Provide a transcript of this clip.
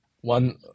One